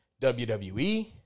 WWE